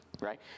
right